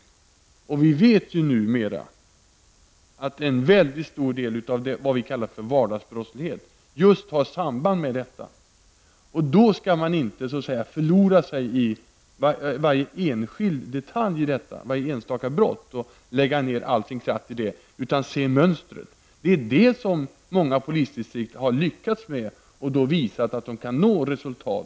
Vi vet numera att en väldigt stor del av det vi kallar vardagsbrottslighet just har samband med detta. Då skall man inte förlora sig i varje enskild detalj, i varje enstaka brott, och lägga ned all sin kraft på det, utan man skall se mönstret. Det är det som många polisdistrikt har lyckats med och visat att de kan nå resultat.